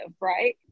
right